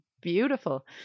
beautiful